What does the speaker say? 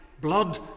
Blood